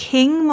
King